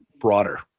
broader